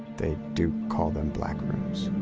the do call them black-rooms.